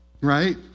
right